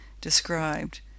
described